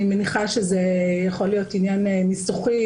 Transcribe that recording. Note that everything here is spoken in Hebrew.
אני מניחה שזה יכול להיות עניין ניסוחי,